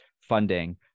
funding